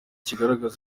kigaragaza